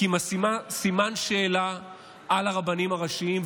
כי היא שמה סימן שאלה על הרבנים הראשיים,